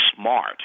smart